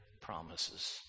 promises